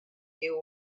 you